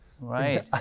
Right